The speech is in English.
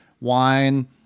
wine